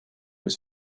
was